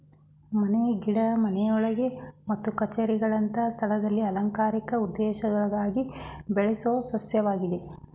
ಮನೆ ಗಿಡ ಮನೆಯೊಳಗೆ ಮತ್ತು ಕಛೇರಿಗಳಂತ ಸ್ಥಳದಲ್ಲಿ ಅಲಂಕಾರಿಕ ಉದ್ದೇಶಗಳಿಗಾಗಿ ಬೆಳೆಯೋ ಸಸ್ಯವಾಗಿದೆ